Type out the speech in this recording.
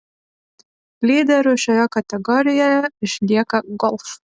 lyderiu šioje kategorijoje išlieka golf